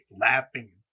laughing